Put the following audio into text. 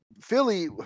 Philly